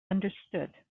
understood